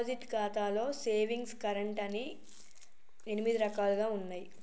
deposit ఖాతాలో savings current అని ఎనిమిది రకాలుగా ఉన్నయి